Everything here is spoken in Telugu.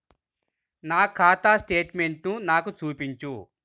నా ఖాతా స్టేట్మెంట్ను నాకు చూపించు